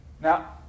Now